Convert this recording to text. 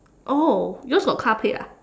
oh yours got car plate ah